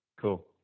Cool